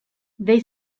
they